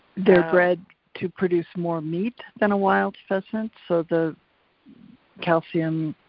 they're bred to produce more meat than a wild pheasant so the calcium,